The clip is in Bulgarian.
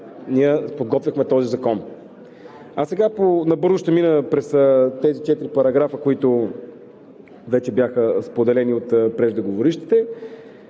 ние подготвяхме този закон. Сега ще мина набързо през тези четири параграфа, които вече бяха споделени от преждеговорившите.